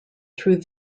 through